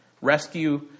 Rescue